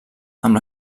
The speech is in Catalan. amb